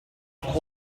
called